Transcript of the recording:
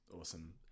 Awesome